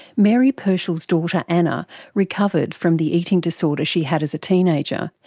mary pershall's daughter anna recovered from the eating disorder she had as a teenager,